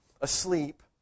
asleep